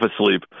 asleep